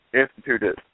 instituted